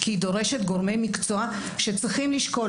כי היא דורשת גורמי מקצוע שצריכים לשקול